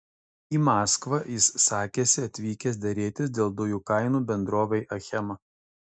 į maskvą jis sakėsi atvykęs derėtis dėl dujų kainų bendrovei achema